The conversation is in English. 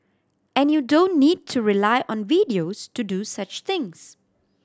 and you don't need to rely on videos to do such things